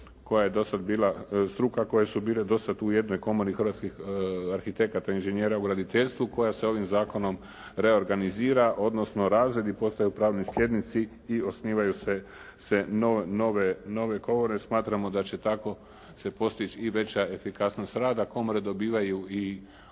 koja je do sad bila struka koje su bile do sad u jednoj komori hrvatskih arhitekata i inžinjera u graditeljstvu koja se ovim zakonom reorganizira odnosno razredi postaju pravni slijednici i osnivaju se nove komore i smatramo da će tako se postići i veća efikasnost rada. Komore dobivaju i